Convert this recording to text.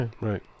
right